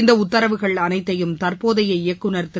இந்த உத்தரவுகள் அனைத்தையும் தற்போதைய இயக்குனர் திரு